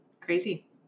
Crazy